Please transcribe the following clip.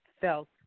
felt